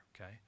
okay